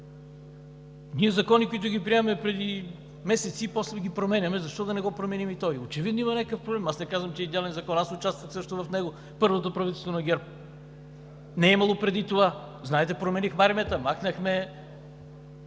Ние закони, които ги приемаме преди месеци, после ги променяме – защо да не го променим и този. Очевидно има някакъв проблем. Аз не казвам, че е идеален закон, аз участвах също в него – първото правителство на ГЕРБ. Не е имало преди това – знаете променихме армията, махнахме